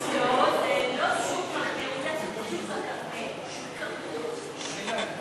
הצעת חוק תחבורה ציבורית (תיקוני חקיקה),